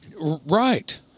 Right